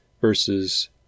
Versus